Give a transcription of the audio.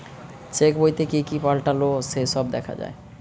check বইতে কি কি পাল্টালো সে সব দেখা যায়